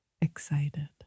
excited